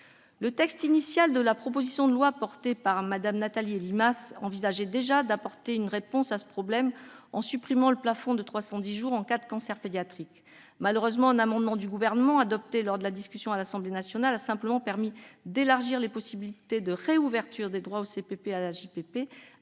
des professionnels et le droit à l'oubli de Mme Nathalie Elimas, il était déjà prévu d'apporter une réponse à ce problème en supprimant le plafond de 310 jours en cas de cancer pédiatrique. Malheureusement, l'amendement gouvernemental adopté lors de la discussion à l'Assemblée nationale a simplement permis d'étendre les possibilités de réouverture des droits au CPP et à l'AJPP